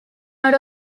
out